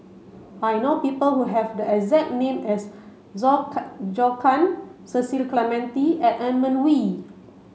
I know people who have the exact name as Zhou Zhou Can Cecil Clementi and Edmund Wee